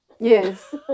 Yes